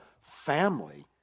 family